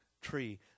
tree